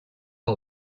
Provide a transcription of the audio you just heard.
all